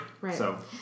Right